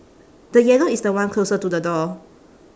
the yellow is the one closer to the door